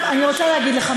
כי היא מבקשת את זה.